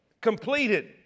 Completed